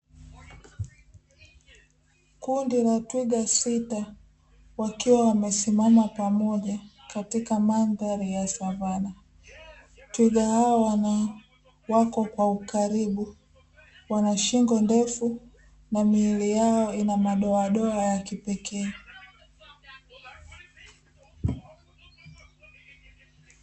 Kundi la twiga sita wakiwa wamesimama pamoja katika mandhari ya savana. Twiga hao wana wako kwa ukaribu wana shingo ndefu, na miili yao ina madoadoa ya kipekee.